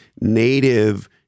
native